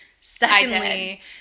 secondly